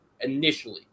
initially